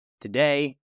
Today